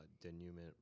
denouement